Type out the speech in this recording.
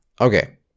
Okay